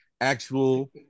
actual